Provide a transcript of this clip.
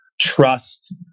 trust